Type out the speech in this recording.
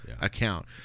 account